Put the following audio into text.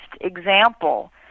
example